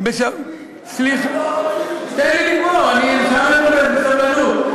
אתה החלטת או הרבנים החליטו?